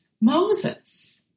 Moses